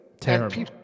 Terrible